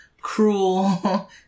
cruel